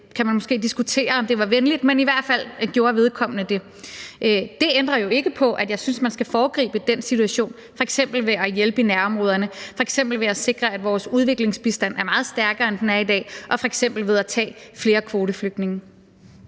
det kan man måske diskutere – at gøre. Det ændrer jo ikke på, at jeg synes, at man skal foregribe den situation, f.eks. ved at hjælpe i nærområderne, f.eks. ved at sikre, at vores udviklingsbistand er meget stærkere, end den er i dag, og f.eks. ved at tage flere kvoteflygtninge.